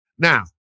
Now